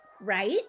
right